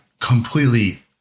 completely